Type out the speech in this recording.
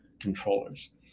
controllers